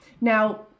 Now